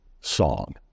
song